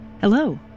Hello